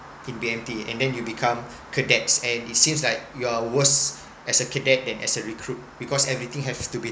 in B_M_T and then you become cadets and it seems like you are worse as a cadet than as a recruit because everything have to be